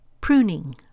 Pruning